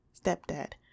stepdad